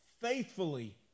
faithfully